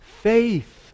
Faith